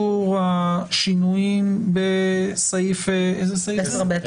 נציגי המשרד הגנת הסביבה,